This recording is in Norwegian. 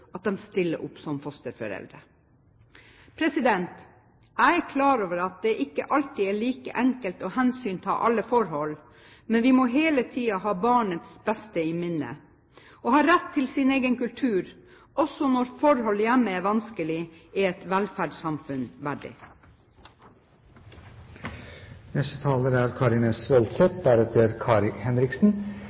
at de stiller opp som fosterforeldre. Jeg er klar over at det ikke alltid er like enkelt å hensynta alle forhold, men vi må hele tiden ha barnets beste i minne. Å ha rett til sin egen kultur, også når forhold hjemme er vanskelig, er et velferdssamfunn